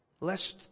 lest